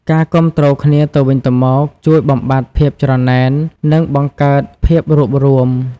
ការគាំទ្រគ្នាទៅវិញទៅមកជួយបំបាត់ភាពច្រណែន និងបង្កើតភាពរួបរួម។